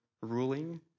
ruling